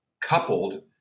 coupled